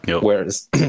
whereas